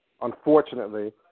unfortunately